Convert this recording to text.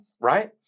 right